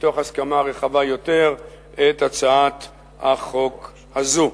מתוך הסכמה רחבה יותר את הצעת החוק הזאת.